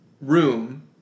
room